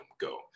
go